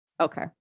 Okay